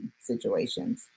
situations